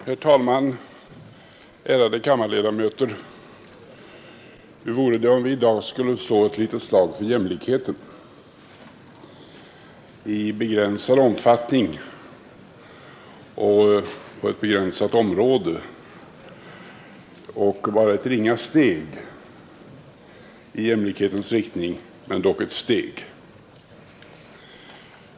Herr talman! Ärade kammarledamöter! Hur vore det om vi i dag skulle slå ett litet slag för jämlikheten och ta visserligen bara ett ringa steg i jämlikhetens riktning på ett begränsat område men dock ett steg?